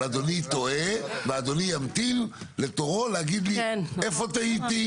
אדוני טועה ואדוני ימתין לתורו להגיד לי איפה טעיתי,